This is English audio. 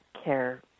care